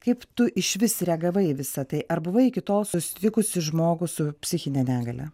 kaip tu išvis reagavai visa tai ar buvai iki tol susitikusi žmogų su psichine negalia